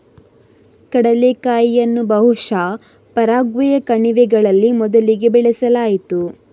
ಕಡಲೆಕಾಯಿಯನ್ನು ಬಹುಶಃ ಪರಾಗ್ವೆಯ ಕಣಿವೆಗಳಲ್ಲಿ ಮೊದಲಿಗೆ ಬೆಳೆಸಲಾಯಿತು